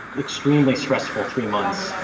extremely stressful three months.